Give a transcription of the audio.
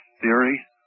theory